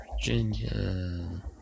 Virginia